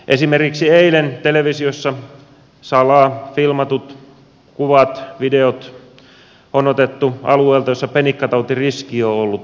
esimerkiksi eilen televisiossa näytetyt salaa filmatut kuvat videot on otettu alueelta jossa penikkatautiriski on ollut suuri